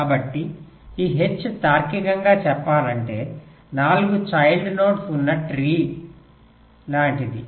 కాబట్టి ఈ H తార్కికంగా చెప్పాలంటే 4 చైల్డ్ నోడ్స్ ఉన్న చెట్టు లాంటిది